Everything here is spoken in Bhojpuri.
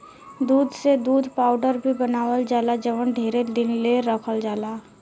दूध से दूध पाउडर भी बनावल जाला जवन ढेरे दिन ले रखल जाला